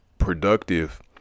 productive